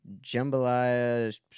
jambalaya